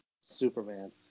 Superman